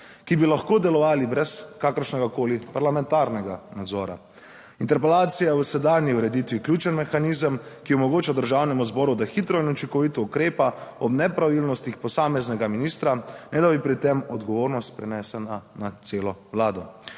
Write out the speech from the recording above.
ki bi lahko delovali brez kakršnega koli parlamentarnega nadzora. Interpelacija je v sedanji ureditvi ključen mehanizem, ki omogoča državnemu zboru, da hitro in učinkovito ukrepa ob nepravilnostih posameznega ministra, ne da bi pri tem odgovornost prenesla na celo vlado.